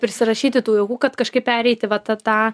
prisirašyti tų jėgų kad kažkaip pereiti va tą tą